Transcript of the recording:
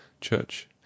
Church